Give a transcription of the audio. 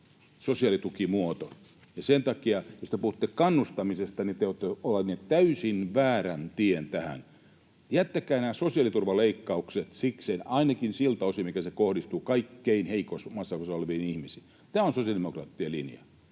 sosiaalitukimuoto, ja sen takia, jos te puhutte kannustamisesta, olette ottaneet täysin väärän tien tähän. Jättäkää nämä sosiaaliturvaleikkaukset sikseen ainakin siltä osin, mikä kohdistuu kaikkein heikoimmassa asemassa oleviin ihmisiin. Tämä on sosiaalidemokraattien linja.